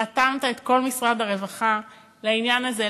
רתמת את כל משרד הרווחה לעניין הזה,